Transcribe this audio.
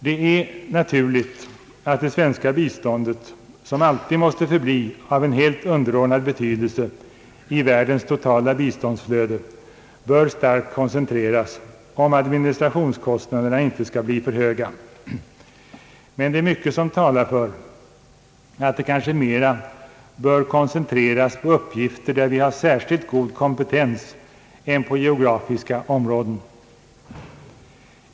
Det är visserligen naturligt att det svenska biståndet, som alltid måste förbli av helt underordnad betydelse i världens totala biståndsflöde, starkt koncentreras, om administrationskostnaderna inte skall bli för höga, men det är mycket som talar för att det kanske mera bör koncentreras på uppgifter där vi har god kompetens än på geografiska områden.